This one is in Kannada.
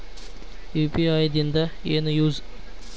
ಯು.ಪಿ.ಐ ದಿಂದ ಏನು ಯೂಸ್?